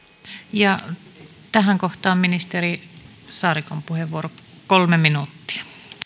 ja tähän kohtaan ministeri saarikon puheenvuoro kolme minuuttia